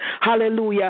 hallelujah